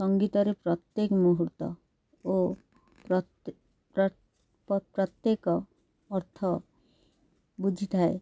ସଙ୍ଗୀତରେ ପ୍ରତ୍ୟେକ ମୁହୂର୍ତ୍ତ ଓ ପ୍ରତ୍ୟେକ ଅର୍ଥ ବୁଝିଥାଏ